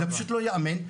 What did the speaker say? פשוט לא ייאמן.